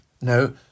no